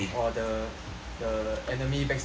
the enemy backstab you ah